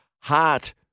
heart